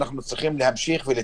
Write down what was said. אנחנו היום